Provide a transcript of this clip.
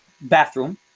bathroom